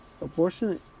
abortion